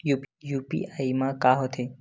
UPI मा का होथे?